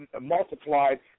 multiplied